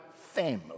family